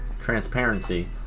transparency